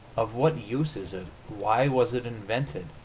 of what use is it? why was it invented?